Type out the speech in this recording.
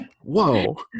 whoa